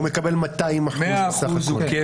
-- שהוא מקבל 200% בסך הכול.